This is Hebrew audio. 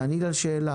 תעני לי על השאלה.